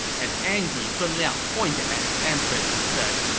an angry sun liang pointed at his empress and said,